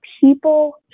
people